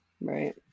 Right